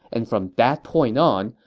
and from that point on,